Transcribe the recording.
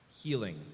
healing